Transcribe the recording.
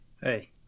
Hey